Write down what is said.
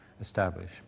establish